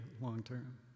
long-term